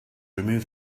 removed